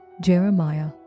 Jeremiah